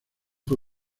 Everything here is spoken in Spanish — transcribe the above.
fue